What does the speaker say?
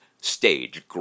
stage